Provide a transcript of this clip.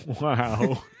Wow